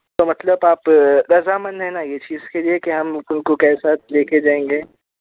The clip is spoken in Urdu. تو مطلب آپ رضامند ہیں نا یہ چیز کے لیے کہ ہم ان کو کے ساتھ لے کے جائیں گے